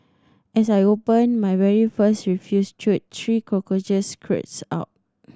as I opened my very first refuse chute three cockroaches scurried out